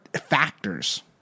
factors